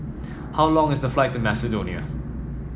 how long is the flight to Macedonia